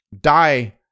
die